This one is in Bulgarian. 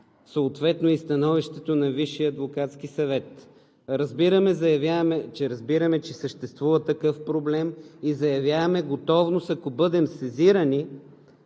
съответно и становището на Висшия адвокатски съвет. Разбираме, че съществува такъв проблем и заявяваме готовност, ако бъдем сезирани,